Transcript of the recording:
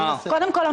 קודם כול,